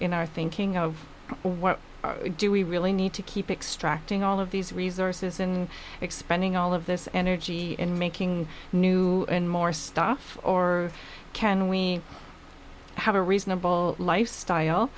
in our thinking of what do we really need to keep extract in all of these resources and expanding all of this energy in making new and more stuff or can we have a reasonable life